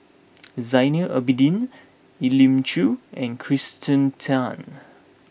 Zainal Abidin Elim Chew and Kirsten Tan